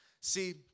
See